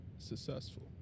Successful